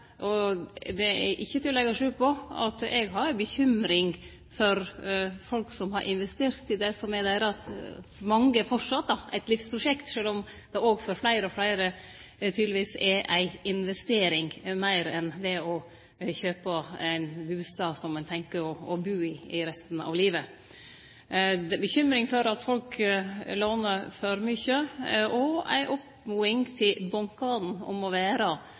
Det er ikkje til å leggje skjul på at eg har ei bekymring for folk som har investert i det som for mange framleis er eit livsprosjekt, sjølv om det for fleire og fleire tydelegvis er ei investering meir enn å kjøpe ein bustad som ein har tenkt å bu i resten av livet. Eg har ei bekymring for at folk lånar for mykje, og har ei oppmoding til bankane om å